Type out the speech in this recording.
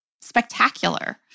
spectacular